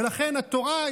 ולכן התורה,